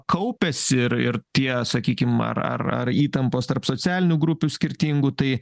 kaupiasi ir ir tie sakykim ar ar ar įtampos tarp socialinių grupių skirtingų tai